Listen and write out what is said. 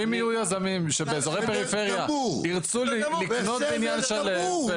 אם יהיו יזמים שבאזורי פריפריה ירצו לקנות בניין שלם,